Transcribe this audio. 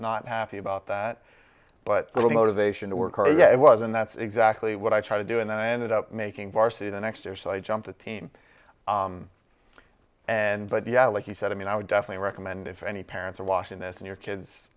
not happy about that but little motivation to work harder yeah it was and that's exactly what i try to do and then i ended up making varsity the next year so i jumped a team and but yeah like you said i mean i would definitely recommend if any parents are watching this and your kids